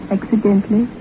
Accidentally